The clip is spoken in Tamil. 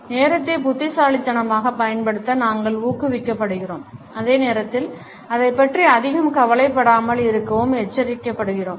நேரத்தை புத்திசாலித்தனமாகப் பயன்படுத்த நாங்கள் ஊக்குவிக்கப்படுகிறோம் அதே நேரத்தில் அதைப் பற்றி அதிகம் கவலைப்படாமல் இருக்கவும் எச்சரிக்கப்படுவோம்